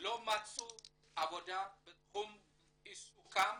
לא מצאו עבודה בתחום עיסוקם,